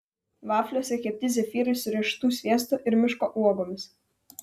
vafliuose kepti zefyrai su riešutų sviestu ir miško uogomis